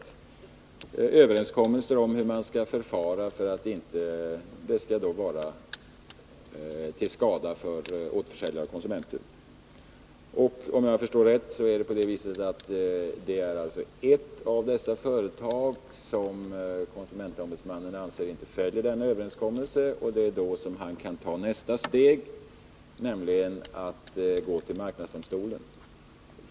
Det är överenskommelser om hur företagen skall förfara för att det inte skall bli till skada för återförsäljare och konsumenter. Om jag har förstått det rätt, är det alltså ett av dessa företag som KO anser inte följer denna överenskommelse. Då kan man ta nästa steg, nämligen att gå till marknadsdomstolen.